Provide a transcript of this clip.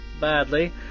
badly